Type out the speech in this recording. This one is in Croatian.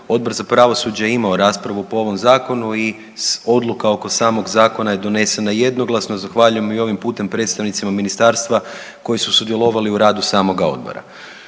Odbor za pravosuđe je imao raspravu po ovom Zakonu i odluka oko samog zakona je donesena jednoglasno. Zahvaljujem i ovim putem predstavnicima ministarstva koji su sudjelovali u radu samoga Odbora.